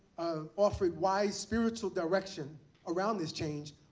offered wise spiritual direction around this change,